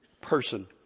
person